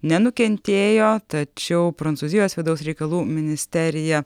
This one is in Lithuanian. nenukentėjo tačiau prancūzijos vidaus reikalų ministerija